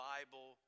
Bible